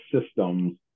systems